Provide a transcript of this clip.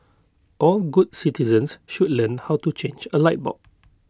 all good citizens should learn how to change A light bulb